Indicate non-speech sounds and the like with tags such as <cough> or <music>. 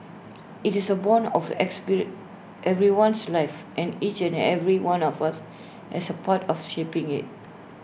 IT is A borne of <unintelligible> everyone's life and each and every one of us has A part of shaping IT